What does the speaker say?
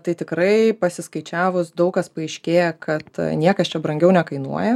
tai tikrai pasiskaičiavus daug kas paaiškėja kad niekas čia brangiau nekainuoja